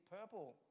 purple